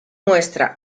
muestra